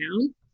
down